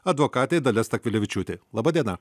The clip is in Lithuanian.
advokatė dalia stakvilevičiūtė laba diena